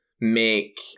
make